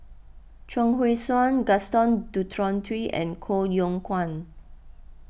Chuang Hui Tsuan Gaston Dutronquoy and Koh Yong Guan